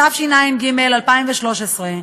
התשע"ג 2013,